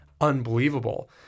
unbelievable